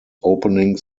opening